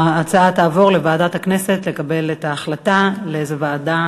ההצעה תעבור לוועדת הכנסת שתקבל את ההחלטה באיזו ועדה